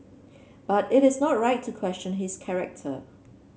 but it is not right to question his character